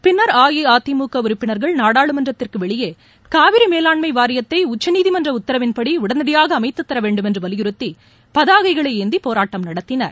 பின்னர் அஇஅதிமுக உறுப்பினர்கள் நாடாளுமன்றத்திற்கு வெளியே காவிரி மேலாண்மை வாரியத்தை உச்சநீதிமன்ற உத்தரவின்படி உடனடியாக அமைத்துத் தரவேண்டும் என்று வலியுறுத்தி பதாகைகளை ஏந்தி போராட்டம் நடத்தினர்